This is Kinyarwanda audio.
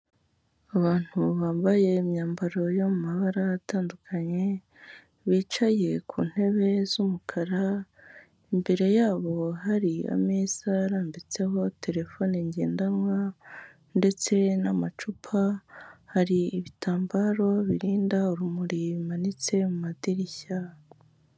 Abantu bambaye imyambaro yo mu mabara atandukanye bicaye ku ntebe z'umukara, imbere yabo hari ameza arambitseho terefone ngendanwa ndetse n'amacupa, hari ibitambaro birinda urumuri bimanitse mu madirishya.